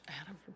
Adam